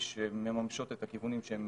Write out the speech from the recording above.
שממשות את הכיוונים שהם